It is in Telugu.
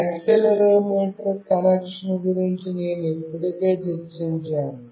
యాక్సిలెరోమీటర్ కనెక్షన్ గురించి నేను ఇప్పటికే చర్చించాను